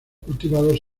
cultivados